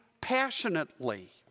passionately